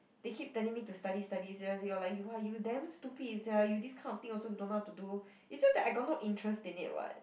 they keep telling me to study study seriously or like !wah! you damn stupid sia you this kind of thing also don't know how to do it's just that I got no interest in it [what]